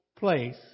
Place